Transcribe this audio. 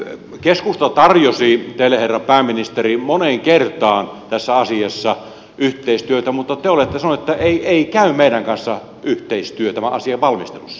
keskusta tarjosi teille herra pääministeri moneen kertaan tässä asiassa yhteistyötä mutta te olette sanonut että ei käy meidän kanssamme yhteistyö tämän asian valmistelussa